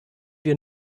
wir